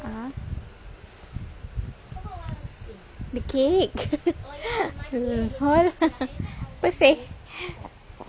the cake apa seh